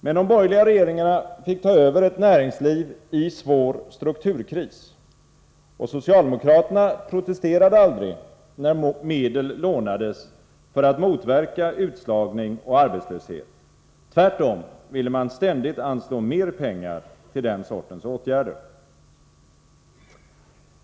Men de borgerliga regeringarna fick ta över ett näringsliv i svår strukturkris. Och socialdemokraterna protesterade aldrig, när medel lånades för att motverka utslagning och arbetslöshet — tvärtom ville man ständigt anslå mer pengar till den sortens åtgärder.